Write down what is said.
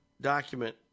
document